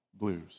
blues